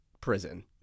prison